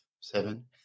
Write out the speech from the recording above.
seven